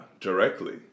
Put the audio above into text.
directly